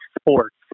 sports